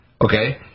Okay